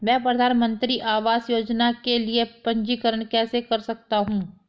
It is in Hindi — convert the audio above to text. मैं प्रधानमंत्री आवास योजना के लिए पंजीकरण कैसे कर सकता हूं?